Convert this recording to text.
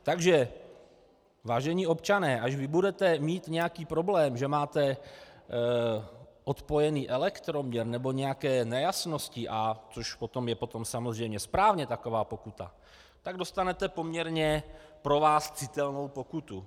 Takže vážení občané, až vy budete mít nějaký problém, že máte odpojený elektroměr, nebo nějaké nejasnosti a už potom je samozřejmě správně taková pokuta, tak dostanete poměrně pro vás citelnou pokutu.